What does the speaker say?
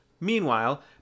Meanwhile